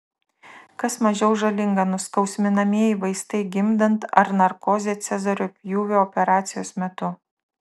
kas mažiau žalinga nuskausminamieji vaistai gimdant ar narkozė cezario pjūvio operacijos metu